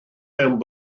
mewn